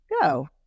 go